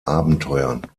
abenteuern